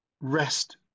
REST